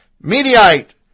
Mediate